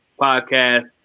podcast